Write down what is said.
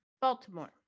Baltimore